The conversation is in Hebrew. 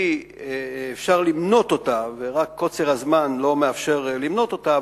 אפשר למנות אותה ורק קוצר הזמן לא מאפשר למנות אותה,